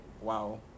wow